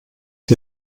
die